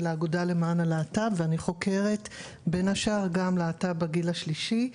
האגודה למען הלהט"ב ואני חוקרת בין השאר גם להט"ב בגיל השלישי.